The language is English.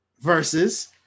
Versus